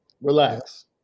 Relax